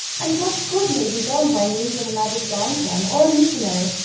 and much good may be done by means of a magic lantern, or a missionary,